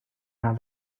how